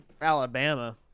Alabama